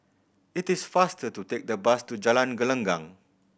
it is faster to take the bus to Jalan Gelenggang